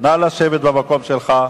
נא לשבת במקום שלך.